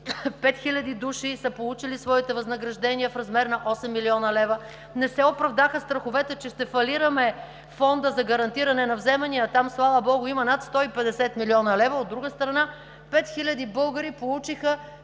хиляди души са получили своите възнаграждения в размер на 8 млн. лв. Не се оправдаха страховете, че ще фалираме Фонда за гарантиране на вземанията. Там слава богу има над 150 млн. лв. От друга страна, 5000 българи получиха